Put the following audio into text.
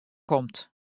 komt